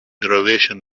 derivation